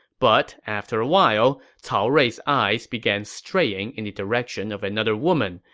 but, after a while, cao rui's eyes began straying in the direction of another woman,